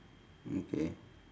okay